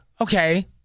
Okay